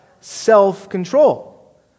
Self-control